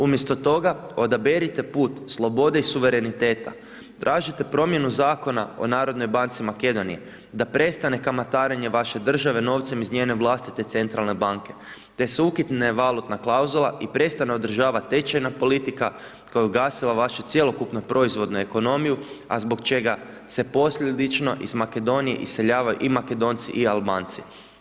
Umjesto toga odaberite put slobode i suvereniteta, tražite promjenu zakona o Narodnoj banci Makedonije, da prestane kamatarenje vaše države novcem iz njene vlastite centralne banke, te da se ukine valutna klauzula i prestane održavati tečajna politika, koja je ugasila vašu cjelokupnu proizvodnu ekonomiju, a zbog čega se posljedično iz Makedonije iseljavaju i Makedonci i Albanci.